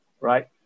right